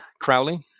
Crowley